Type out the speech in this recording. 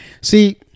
See